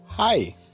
Hi